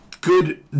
Good